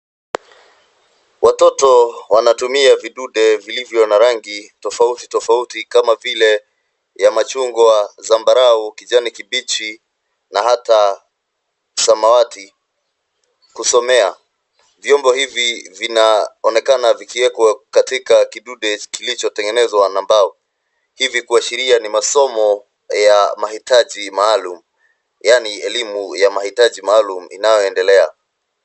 Watoto wanatumia vidude vilivyo na rangi tofauti tofauti kama vile: ya machungwa, zambarau, kijani kibichi na hata samawati kusomea. Vyombo hivi vinaonekana vikiekwa katika kidude kilichotengenezwa na mbao. Hivi kuashiria ni masomo ya mahitaji maalum, yaani, elimu ya mahitaji maalum inayoendelea.